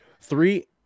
Three